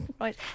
Right